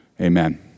amen